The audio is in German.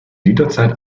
jederzeit